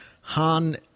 han